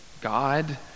God